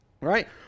right